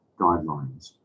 guidelines